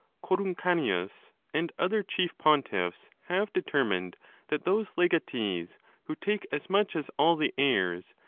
coruncanius, and other chief pontiffs, have deter mined that those legatees who take as much as all the heirs,